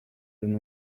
than